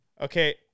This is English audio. Okay